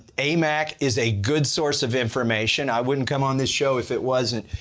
amac is a good source of information, i wouldn't come on this show if it wasn't.